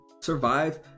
survive